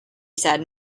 said